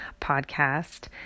podcast